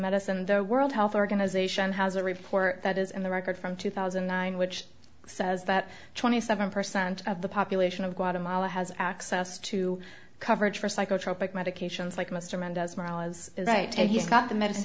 medicine the world health organization has a report that is in the record from two thousand and nine which says that twenty seven percent of the population of guatemala has access to coverage for psychotropic medications like mr mendez morale is right and he's got the medicine